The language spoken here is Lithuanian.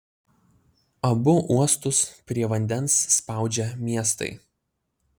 abu uostus prie vandens spaudžia miestai